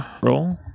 roll